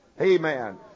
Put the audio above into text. Amen